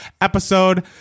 episode